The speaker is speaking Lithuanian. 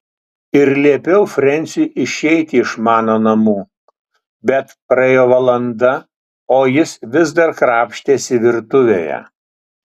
ir liepiau frensiui išeiti iš mano namų bet praėjo valanda o jis vis dar krapštėsi virtuvėje